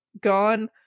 gone